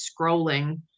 scrolling